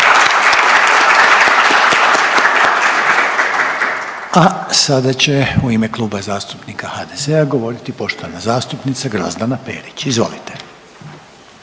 A sada će u ime Kluba zastupnika HDZ-a govoriti poštovana zastupnica Grozdana Perić. Izvolite.